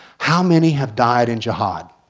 how many have died in jihad?